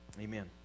Amen